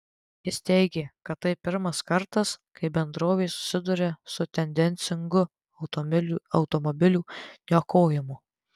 jis teigė kad tai pirmas kartas kai bendrovė susiduria su tendencingu automobilių niokojimu